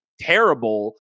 terrible